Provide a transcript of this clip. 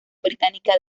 británica